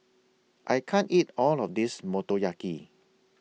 I can't eat All of This Motoyaki